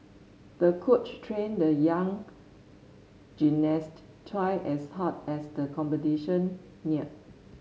the coach trained the young gymnast twice as hard as the competition neared